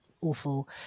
awful